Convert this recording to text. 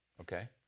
okay